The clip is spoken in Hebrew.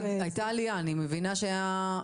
אני מבינה שהיייתה,